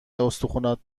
استخونات